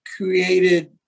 created